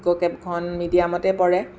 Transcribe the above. ইক' কেম্পখন মিডিয়ামতে পৰে